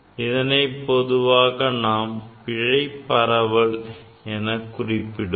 இதனை பொதுவாக நாம் பிழை பரவல் எனக் குறிப்பிடுவோம்